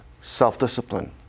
self-discipline